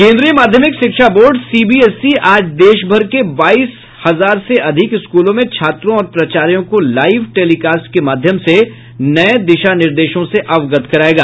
केन्द्रीय माध्यमिक शिक्षा बोर्ड सीबीएसई आज देशभर के बाईस हजार से अधिक स्कूलों में छात्रों और प्राचार्यों को लाइव टेलीकास्ट के माध्यम से नये दिशा निर्देशों से अवगत करायेगा